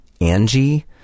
Angie